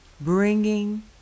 bringing